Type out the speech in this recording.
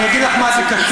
אני אגיד לך מה זה קשור.